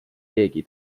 keegi